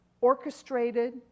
orchestrated